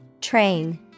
Train